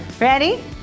Ready